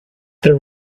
there